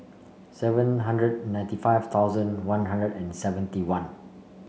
seven hundred ninety five thousand One Hundred and seventy one